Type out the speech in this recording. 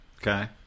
Okay